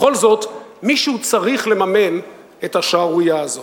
בכל זאת, מישהו צריך לממן את השערורייה הזאת.